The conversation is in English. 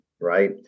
right